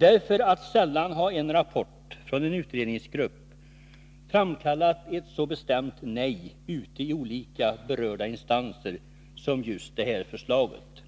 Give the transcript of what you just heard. Sällan har nämligen en rapport från en utredningsgrupp framkallat ett så bestämt nej ute i olika berörda instanser som just det här förslaget.